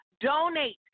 Donate